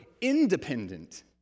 independent